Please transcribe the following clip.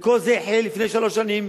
וכל זה החל לפני שלוש שנים,